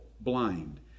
blind